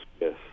yes